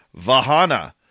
Vahana